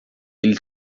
ele